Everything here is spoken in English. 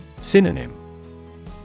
Synonym